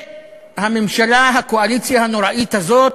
והממשלה, הקואליציה הנוראית הזאת,